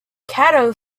cato